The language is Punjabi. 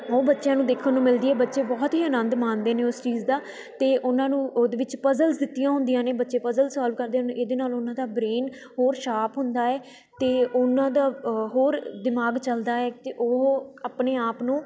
ਉਹ ਬੱਚਿਆਂ ਨੂੰ ਦੇਖਣ ਨੂੰ ਮਿਲਦੀ ਹੈ ਬੱਚੇ ਬਹੁਤ ਹੀ ਆਨੰਦ ਮਾਣਦੇ ਨੇ ਉਸ ਚੀਜ਼ ਦਾ ਅਤੇ ਉਹਨਾਂ ਨੂੰ ਉਹਦੇ ਵਿੱਚ ਪਜ਼ਲਸ ਦਿੱਤੀਆਂ ਹੁੰਦੀਆਂ ਨੇ ਬੱਚੇ ਪਜ਼ਲ ਸੋਲਵ ਕਰਦੇ ਹਨ ਇਹਦੇ ਨਾਲ ਉਹਨਾਂ ਦਾ ਬ੍ਰੇਨ ਹੋਰ ਸ਼ਾਪ ਹੁੰਦਾ ਹੈ ਅਤੇ ਉਹਨਾਂ ਦਾ ਹੋਰ ਦਿਮਾਗ ਚੱਲਦਾ ਹੈ ਅਤੇ ਉਹ ਆਪਣੇ ਆਪ ਨੂੰ